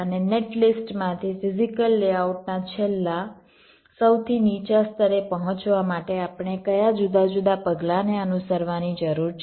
અને નેટ લિસ્ટમાંથી ફિઝીકલ લેઆઉટના છેલ્લાં સૌથી નીચા સ્તરે પહોંચવા માટે આપણે કયા જુદા જુદા પગલાંને અનુસરવાની જરૂર છે